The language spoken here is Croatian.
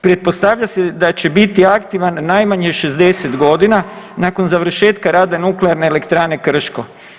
Pretpostavlja se da će biti aktivan najmanje 60 godina nakon završetka rada Nuklearne elektrane Krško.